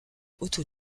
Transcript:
otto